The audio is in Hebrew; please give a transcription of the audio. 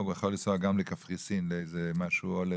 הוא יכול לנסוע גם לקפריסין לאיזה פגישה.